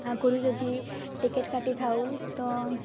ଆଗରୁ ଯଦି ଟିକେଟ୍ କାଟିଥାଉ ତ